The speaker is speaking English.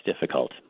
difficult